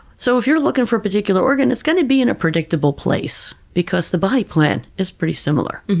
so, if you're looking for a particular organ, it's going to be in a predictable place because the body plan is pretty similar.